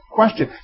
question